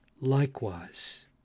Likewise